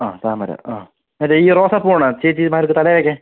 ആ താമര ആ മറ്റെ ഈ റോസാപ്പൂ വേണാ ചേച്ചിമാർക്ക് തലയിൽ വയ്ക്കാൻ